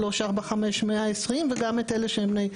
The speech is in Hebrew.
83, 84, 120 וגם את אלה שהם בני,